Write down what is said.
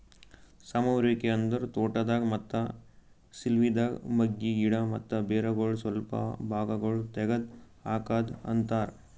ಸಮರುವಿಕೆ ಅಂದುರ್ ತೋಟದಾಗ್, ಮತ್ತ ಸಿಲ್ವಿದಾಗ್ ಮಗ್ಗಿ, ಗಿಡ ಮತ್ತ ಬೇರಗೊಳ್ ಸ್ವಲ್ಪ ಭಾಗಗೊಳ್ ತೆಗದ್ ಹಾಕದ್ ಅಂತರ್